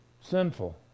sinful